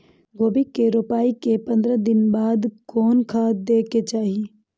गोभी के रोपाई के पंद्रह दिन बाद कोन खाद दे के चाही?